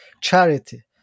charity